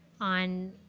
on